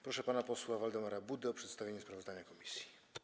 Proszę pana posła Waldemara Budę o przedstawienie sprawozdania komisji.